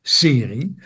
serie